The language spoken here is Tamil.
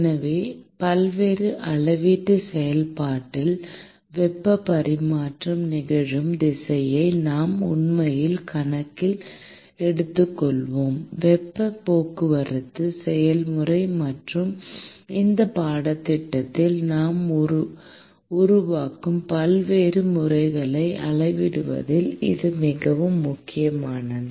எனவே பல்வேறு அளவீட்டு செயல்பாட்டில் வெப்ப பரிமாற்றம் நிகழும் திசையை நாம் உண்மையில் கணக்கில் எடுத்துக்கொள்வோம் வெப்பப் போக்குவரத்து செயல்முறை மற்றும் இந்த பாடத்திட்டத்தில் நாம் உருவாக்கும் பல்வேறு முறைகளை அளவிடுவதில் இது மிகவும் முக்கியமானது